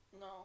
No